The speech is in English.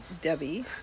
Debbie